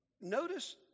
Notice